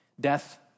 death